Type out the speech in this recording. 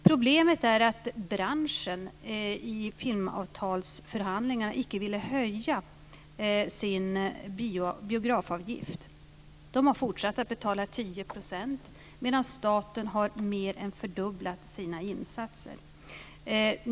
Problemet är att branschen i filmavtalsförhandlingar icke ville höja sin biografavgift. Man har fortsatt att betala 10 %, medan staten har mer än fördubblat sina insatser.